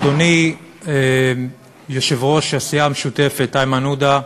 אדוני יושב-ראש הסיעה המשותפת איימן עודה,